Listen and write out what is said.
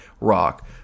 rock